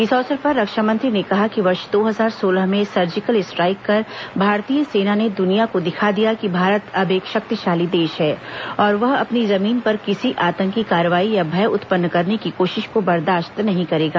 इस अवसर पर रक्षा मंत्री ने कहा कि वर्ष दो हजार सोलह में सर्जिकल स्ट्राइक कर भारतीय सेना ने द्निया को दिखा दिया कि भारत अब एक शक्तिशाली देश है और वह अपनी जमीन पर किसी आतंकी कार्रवाई या भेय उत्पन्न करने की कोशिश को बर्दाश्त नहीं करेगा